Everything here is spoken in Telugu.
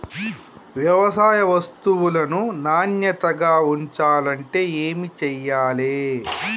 వ్యవసాయ వస్తువులను నాణ్యతగా ఉంచాలంటే ఏమి చెయ్యాలే?